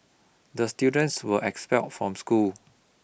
the students were expelled from school